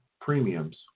premiums